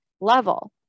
level